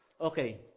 Okay